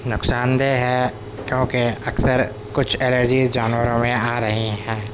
نقصان دہ ہے کیوںکہ اکثر کچھ الرجیز جانوروں میں میں آ رہی ہیں